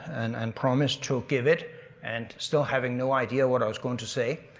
and and promised to give it and still having no idea what i was going to say,